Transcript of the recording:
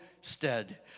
stead